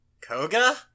Koga